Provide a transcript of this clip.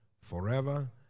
forever